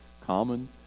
common